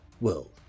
World